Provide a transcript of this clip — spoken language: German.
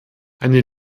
eine